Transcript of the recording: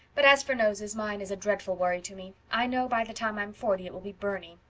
but as for noses, mine is a dreadful worry to me. i know by the time i'm forty it will be byrney.